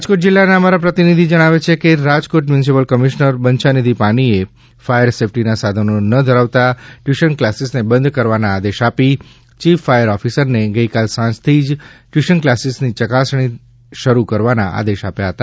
રાજકોટ જિલ્લાના અમારા પ્રતિનિધિ જણાવે છે કે રાજકોટ મ્યુનિસિપલ કમિશનર બંછાનિધિ પાનીએ ફાયર સેફટીના સાધનો ન ધરાવતા ટ્યુશન કલાસીસને બંધ કરવાના આદેશ આપી ચીફ ફાયર ઓફિસરને ગઈકાલ સાંજથી ટ્યુશન કલાસીસની ચકાસણીથી શરૂ કરવાના આદેશ આપ્યા હતા